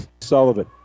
Sullivan